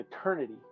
eternity